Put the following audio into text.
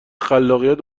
خلاقیت